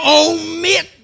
omit